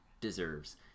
deserves